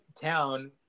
town